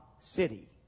City